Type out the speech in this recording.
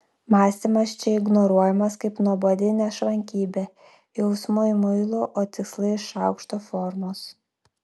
mąstymas čia ignoruojamas kaip nuobodi nešvankybė jausmai muilo o tikslai šaukšto formos